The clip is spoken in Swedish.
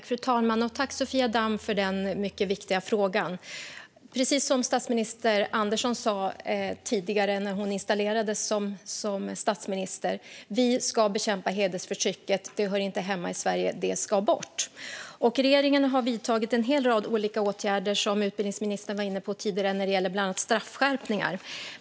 Fru talman! Tack, Sofia Damm, för den mycket viktiga frågan! Precis som statsminister Andersson sa tidigare när hon installerades som statsminister ska vi bekämpa hedersförtrycket. Det hör inte hemma i Sverige, och det ska bort. Regeringen har vidtagit en hel rad olika åtgärder, som utbildningsministern var inne på tidigare, när det gäller bland annat straffskärpningar.